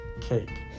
cake